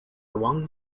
one